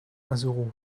azerot